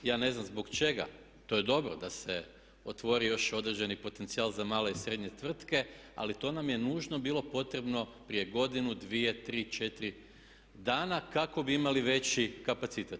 Ja ne znam zbog čega, to je dobro da se otvori još određeni potencijal za male i srednje tvrtke, ali to nam je nužno bilo potrebno prije godinu, dvije, tri, četiri dana kako bi imali veći kapacitet.